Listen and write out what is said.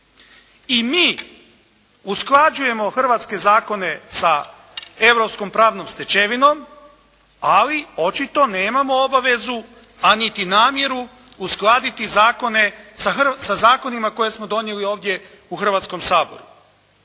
I mi usklađujemo hrvatske zakone sa europskom pravnom stečevinom, ali očito nemamo obavezu, a niti namjeru uskladiti sa zakonima koje smo donijeli ovdje u Hrvatskom saboru.